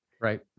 right